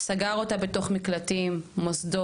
זה סגר אותה בתוך מקלטים ומוסדות.